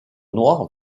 noir